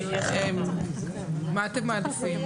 מה אתם מעדיפים?